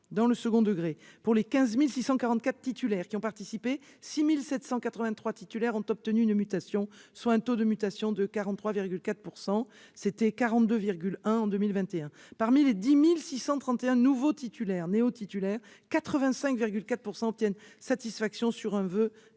Dans le second degré, pour les 15 644 titulaires qui ont participé au mouvement, 6 783 titulaires ont obtenu une mutation, soit un taux de mutation de 43,4 %, contre 42,1 % en 2021. Parmi les 10 631 néo-titulaires, 85,4 % obtiennent satisfaction sur un voeu